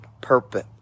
Purpose